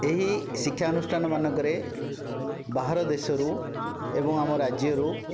ଏହି ଶିକ୍ଷା ଅନୁଷ୍ଠାନମାନଙ୍କରେ ବାହାର ଦେଶରୁ ଏବଂ ଆମ ରାଜ୍ୟରୁ